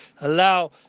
allow